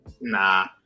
nah